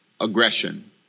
aggression